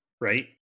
right